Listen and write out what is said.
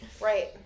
Right